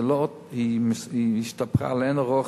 השתפרה לאין-ערוך